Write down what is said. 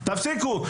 תפסיקו.